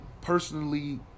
personally